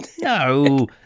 no